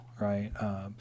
right